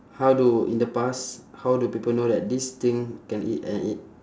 how do in the past how do people know that this thing can eat and i~